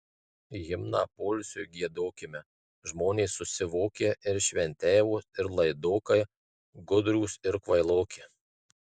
himną poilsiui giedokime žmonės susivokę ir šventeivos ir laidokai gudrūs ir kvailoki